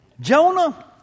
Jonah